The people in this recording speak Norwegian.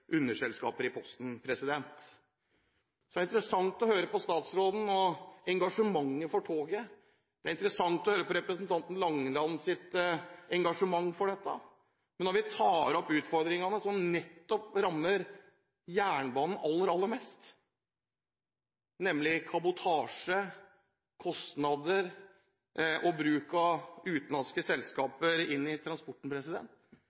underselskaper i Posten. Det er interessant å høre på statsråden og engasjementet for toget. Det er interessant å høre på representanten Langelands engasjement for dette. Men når vi tar opp utfordringene som nettopp rammer jernbanen aller mest, nemlig kabotasje, kostnader og bruk av utenlandske